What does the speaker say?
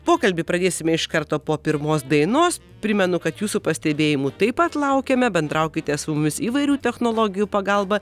pokalbį pradėsime iš karto po pirmos dainos primenu kad jūsų pastebėjimų taip pat laukiame bendraukite su mumis įvairių technologijų pagalba